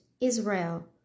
Israel